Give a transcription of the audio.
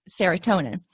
serotonin